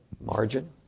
margin